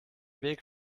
weg